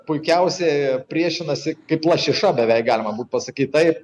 puikiausiai priešinasi kaip lašiša beveik galima būtų pasakyt taip